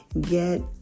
get